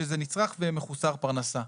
שזה נצרך ומחוסר פרנסה.